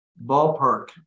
Ballpark